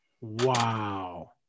Wow